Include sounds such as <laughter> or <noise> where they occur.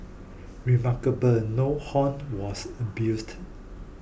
<noise> remarkable no horn was abused